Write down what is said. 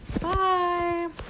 bye